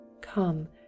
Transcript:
Come